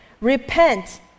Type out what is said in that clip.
Repent